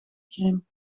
grim